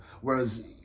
Whereas